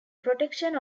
protection